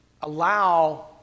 allow